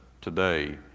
today